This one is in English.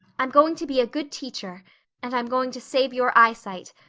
i'm going to be a good teacher and i'm going to save your eyesight.